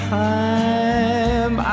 time